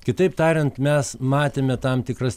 kitaip tariant mes matėme tam tikras